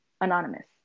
Anonymous